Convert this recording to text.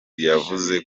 yavuze